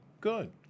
Good